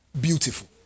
Beautiful